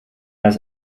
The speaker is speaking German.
das